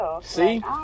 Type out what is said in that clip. see